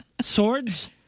Swords